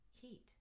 heat